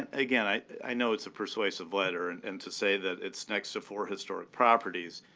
and again, i know it's a persuasive letter, and and to say that it's next to four historic properties,